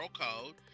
Code